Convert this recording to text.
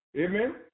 Amen